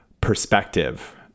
Perspective